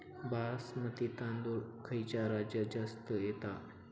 बासमती तांदूळ खयच्या राज्यात जास्त येता?